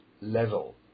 level